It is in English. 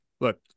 look